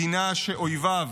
מדינה שאויביו